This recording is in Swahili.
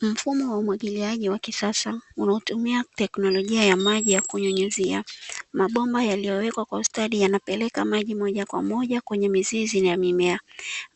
Mfumo wa umwagiliaji wa kisasa, unaotumia teknolojia ya maji ya kunyunyuzia, mabomba yaliyowekwa kwa ustadi yanapeleka maji moja kwa moja kwenye mizizi ya mimea.